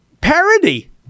parody